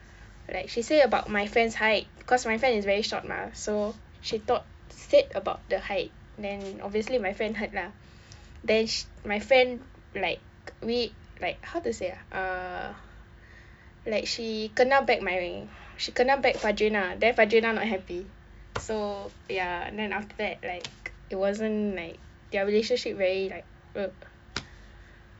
like she say about my friend's height because my friend is very short mah so she thought said about the height then obviously my friend hurt lah then she my friend like we like how to say ah err like she kena back my she kena back fadreena then fadreena not happy so ya and then after that like it wasn't like their relationship very like ugh